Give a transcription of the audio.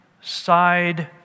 side